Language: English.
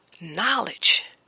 knowledge